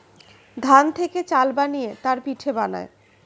ধান থেকে চাল বানিয়ে তার পিঠে বানায়